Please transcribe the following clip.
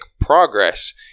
progress